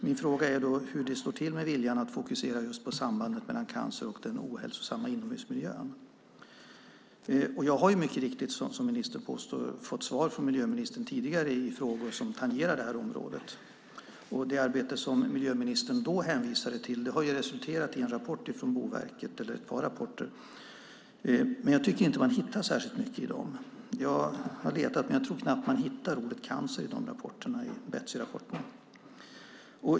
Min fråga är hur det står till med viljan att fokusera på sambanden mellan cancer och den ohälsosamma inomhusmiljön. Jag har mycket riktigt, som ministern påpekar, fått svar från miljöministern tidigare i frågor som tangerar området. Det arbete som miljöministern då hänvisade till har resulterat i ett par rapporter från Boverket. Men jag tycker inte att man hittar särskilt mycket i dem. Jag har letat men tror knappt man hittar ordet cancer i Betsyrapporterna.